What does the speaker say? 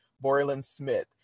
Borland-Smith